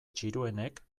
txiroenek